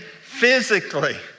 physically